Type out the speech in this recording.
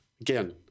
Again